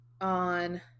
on